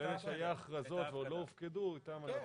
אבל אלה שהיו הכרזות ולא הופקדו איתן אנחנו...